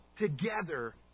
together